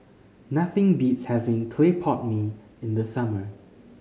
nothing beats having clay pot mee in the summer